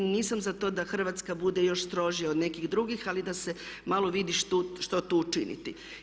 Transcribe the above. Nisam za to da Hrvatska bude još strožija od nekih drugih, ali da se malo vidi što tu učiniti.